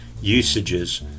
usages